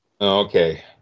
okay